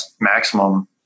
maximum